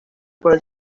por